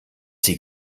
sie